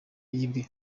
yibwe